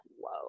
whoa